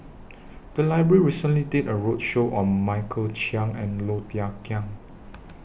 The Library recently did A roadshow on Michael Chiang and Low Thia Khiang